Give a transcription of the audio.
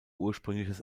ursprüngliches